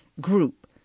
group